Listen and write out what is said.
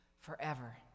forever